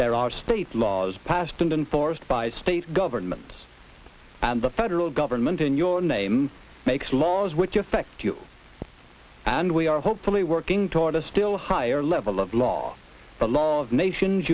are state laws passed and enforced by state governments and the federal government in your name makes laws which affect you and we are hopefully working toward a still higher level of law the law of nations